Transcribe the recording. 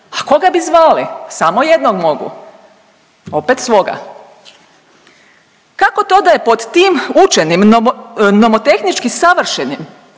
A koga bi zvali, samo jednog mogu, opet svoga. Kako to da je pod tim učenim nomo…, nomotehnički savršenim,